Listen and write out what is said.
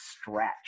stretch